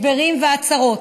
הסברים והצהרות.